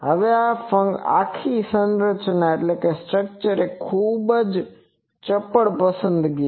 હવે આ આખી સંરચના એ ખુબ જ ચપળ પસંદગી છે